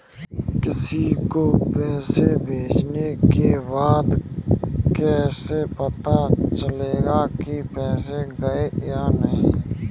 किसी को पैसे भेजने के बाद कैसे पता चलेगा कि पैसे गए या नहीं?